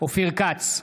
אופיר כץ,